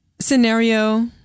scenario